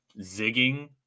zigging